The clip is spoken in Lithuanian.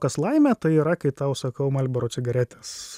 kas laimė tai yra kai tau sakau marlboro cigaretes